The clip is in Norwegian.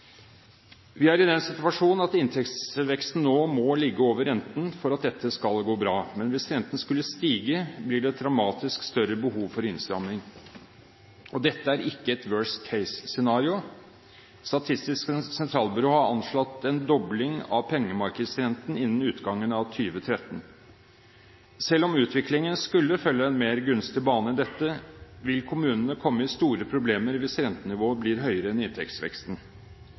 den situasjon at inntektsveksten nå må ligge over renten for at dette skal gå bra. Men hvis renten skulle stige, blir det et dramatisk større behov for innstramning. Dette er ikke et «worst case»-scenario. Statistisk sentralbyrå har anslått en dobling av pengemarkedsrenten innen utgangen av 2013. Selv om utviklingen skulle følge en mer gunstig bane enn dette, vil kommunene komme i store problemer hvis rentenivået blir høyere enn inntektsveksten.